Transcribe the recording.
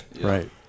right